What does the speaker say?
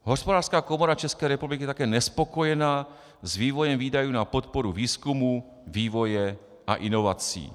Hospodářská komora České republiky je také nespokojena s vývojem výdajů na podporu výzkumu, vývoje a inovací.